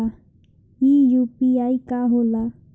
ई यू.पी.आई का होला?